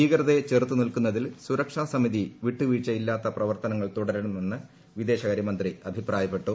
ഭീകരതയെ ചെറുത്തു നിൽക്കുന്നതിൽ സുരക്ഷാ സമിതി വിട്ടുവീഴ്ചയില്ലാത്ത പ്രവർത്തനങ്ങൾ തുടരണമെന്ന് വിദേശകാരൃ മന്ത്രി അഭിപ്രായപ്പെട്ടു